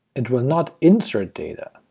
it will not insert data.